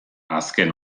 azken